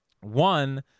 One